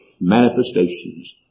manifestations